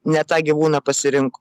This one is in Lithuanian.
ne tą gyvūną pasirinko